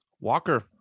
Walker